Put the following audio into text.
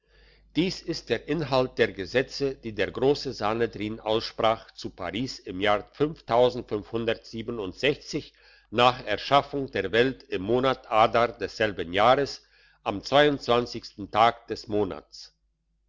dies ist der inhalt der gesetze die der grosse sanhedrin aussprach zu paris im jahr nach erschaffung der welt im monat adar desselbigen jahres am tag des monats